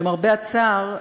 למרבה הצער,